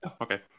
Okay